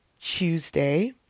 Tuesday